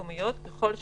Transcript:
המקומיות, ככל שהתקבלה,